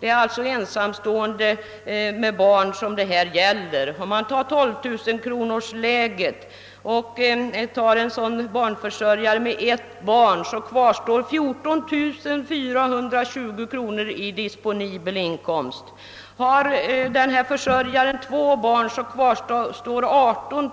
För en ensamstående försörjare med ett barn, vilken har 12 000 kronors årsinkomst, kvarstår 14 420 kronor i disponibel inkomst. Har denna inkomsttagare två barn, så kvarstår 18